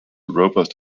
robust